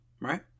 right